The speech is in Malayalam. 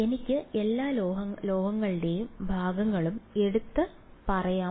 എനിക്ക് എല്ലാ ലോഹ ഭാഗങ്ങളും എടുത്ത് ഇത് പറയാം